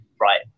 right